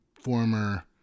former